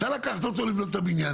אתה לקחת אותו לבנות את הבניין?